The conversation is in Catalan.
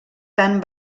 tan